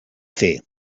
fer